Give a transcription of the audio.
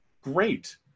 great